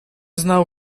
znał